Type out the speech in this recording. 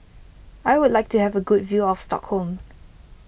I would like to have a good view of Stockholm